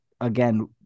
again